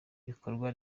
ibikorwa